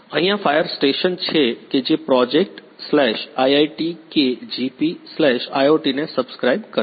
અહિયાં fire station છે કે જે projectiitkgpiot ને સબસ્ક્રાઈબ કરે છે